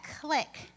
click